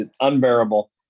unbearable